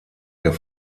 der